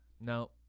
No